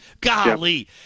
Golly